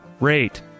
rate